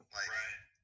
Right